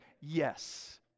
yes